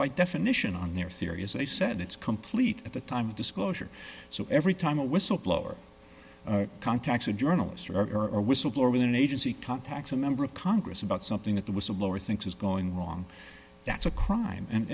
by definition on their theory as i said it's complete at the time of disclosure so every time a whistleblower contacts a journalist or url whistleblower with an agency contacts a member of congress about something that the whistleblower thinks is going wrong that's a crime and